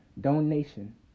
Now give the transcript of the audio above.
donation